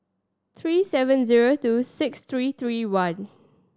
three seven zero two six three three one